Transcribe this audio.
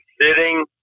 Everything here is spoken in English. sitting